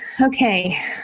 Okay